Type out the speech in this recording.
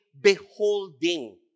beholding